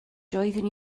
doeddwn